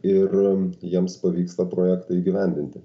ir jiems pavyksta projektą įgyvendinti